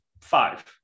five